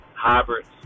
hybrids